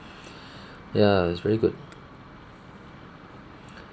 ya it's very good